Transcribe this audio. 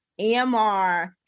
EMR